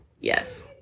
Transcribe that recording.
Yes